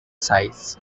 size